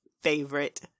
favorite